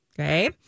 okay